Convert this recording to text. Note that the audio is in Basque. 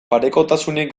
parekotasunik